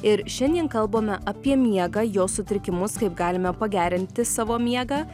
ir šiandien kalbame apie miegą jo sutrikimus kaip galime pagerinti savo miegą